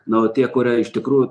na o tie kurie iš tikrųjų